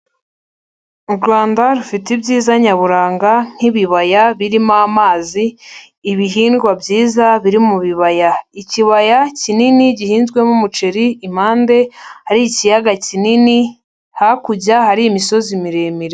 U Rwanda rufite ibyiza nyaburanga nk'ibibaya birimo amazi, ibihingwa byiza biri mu bibaya. Ikibaya kinini gihinzwemo umuceri, impande hari ikiyaga kinini, hakurya hari imisozi miremire.